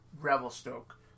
Revelstoke